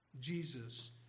Jesus